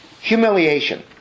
humiliation